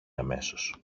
αμέσως